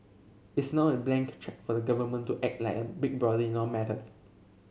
it's not a blank cheque for the government to act like a big brother in all matters